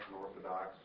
Orthodox